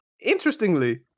Interestingly